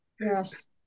Yes